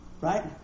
Right